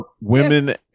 women